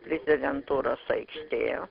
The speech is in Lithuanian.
prezidentūros aikštėje